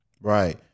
right